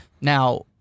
Now